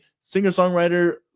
singer-songwriter